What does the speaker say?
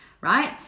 right